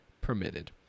permitted